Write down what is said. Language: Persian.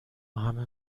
همه